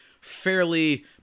fairly